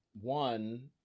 One